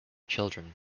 children